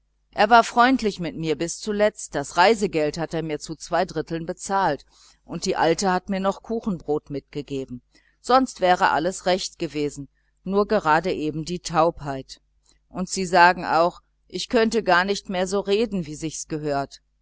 er war freundlich mit mir bis zuletzt das reisegeld hat er mir zu zwei drittel gezahlt und die alte hat mir noch kuchenbrot mitgegeben sonst wäre alles recht gewesen nur gerade eben die taubheit und sie sagen auch ich könnte gar nicht mehr so reden wie sich's gehört